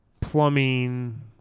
plumbing